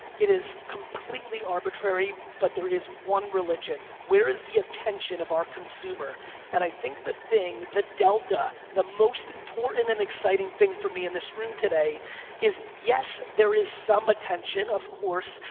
it is completely arbitrary but there is one religion. where is the attention of our consumer and i think the thing, the delta, the most important and exciting thing for me in this room today is yes there is some attention, of course,